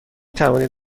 توانید